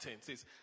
says